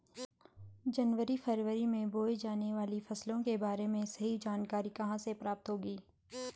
जनवरी फरवरी में बोई जाने वाली फसलों के बारे में सही जानकारी कहाँ से प्राप्त होगी?